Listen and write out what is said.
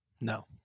no